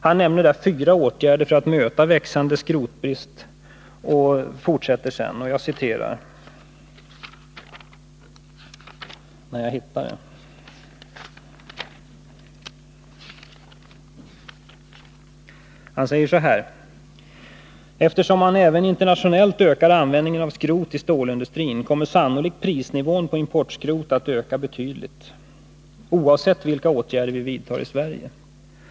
Han nämner fyra åtgärder för att möta en växande skrotbrist och fortsätter sedan: ”Eftersom man även internationellt ökar användningen av skrot i stålindustrin kommer sannolikt prisnivån på importskrot att öka betydligt, oavsett vilka åtgärder vi vidtar i Sverige.